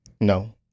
no